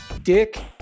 Dick